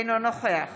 אינו נוכח